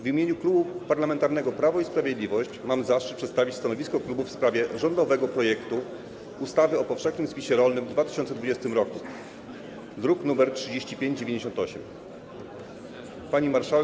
W imieniu Klubu Parlamentarnego Prawo i Sprawiedliwość mam zaszczyt przedstawić stanowisko klubu w sprawie rządowego projektu ustawy o powszechnym spisie rolnym w 2020 r., druk nr 3598. Pani Marszałek!